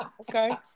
Okay